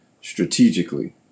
strategically